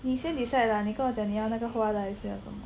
你先 decide lah 你跟我讲你要那个花的还是要什么